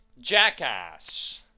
Jackass